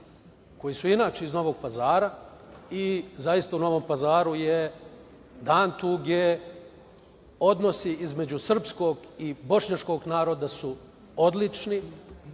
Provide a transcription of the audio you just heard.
koji su inače iz Novog Pazara i zaista u Novom Pazaru je dan tuge. Odnosi između srpskog i bošnjačkog naroda su odlični,